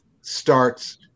starts